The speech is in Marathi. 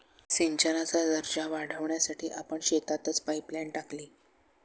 सिंचनाचा दर्जा वाढवण्यासाठी आपण शेतातच पाइपलाइन टाकली